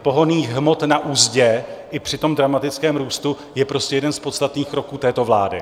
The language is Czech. ... pohonných hmot na uzdě i při dramatickém růstu, je prostě jeden z podstatných kroků této vlády.